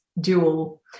dual